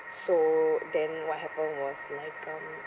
so then what happened was like um